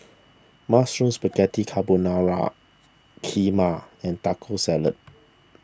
Mushroom Spaghetti Carbonara Kheema and Taco Salad